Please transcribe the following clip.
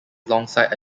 alongside